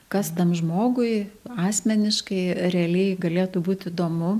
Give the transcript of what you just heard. kas tam žmogui asmeniškai realiai galėtų būt įdomu